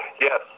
Yes